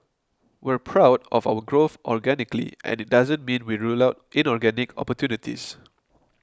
we're proud of our growth organically and it doesn't mean we rule out inorganic opportunities